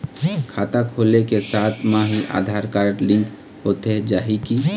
खाता खोले के साथ म ही आधार कारड लिंक होथे जाही की?